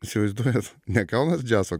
įsivaizduojantis nekaltas džiazo